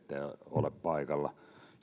ole paikalla